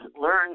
learn